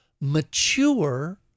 mature